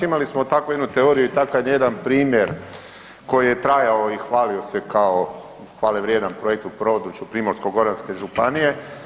Imali smo takvu jednu teoriju i takav jedan primjer koji je trajao i hvalio se kao hvale projekt u području Primorsko-goranske županije.